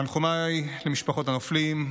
תנחומיי למשפחות הנופלים.